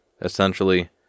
Essentially